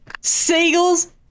Seagulls